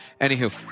Anywho